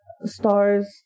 stars